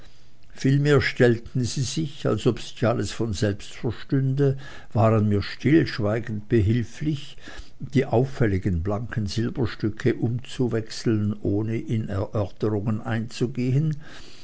vielmehr stellten sie sich als ob sich alles von selbst verstünde waren mir stillschweigend behilflich die auffälligen blanken silberstücke umzuwechseln ohne in erörterungen einzugehen